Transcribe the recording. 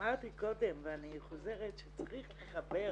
אמרתי קודם ואני חוזרת שצריך לחבר